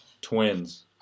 Twins